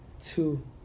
two